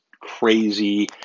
crazy